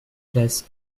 place